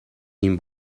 این